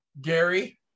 gary